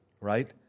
Right